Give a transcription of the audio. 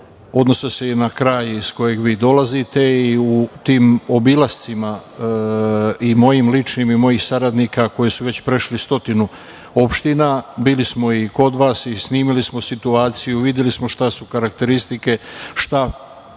Odnose se i na kraj iz koga vi dolazite i u tim obilascima i mojim ličnim i mojih saradnika, koji su već prešli stotinu opština, bili smo i kod vas i snimili smo situaciju, videli smo šta su karakteristike, šta